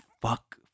fuck